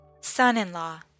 son-in-law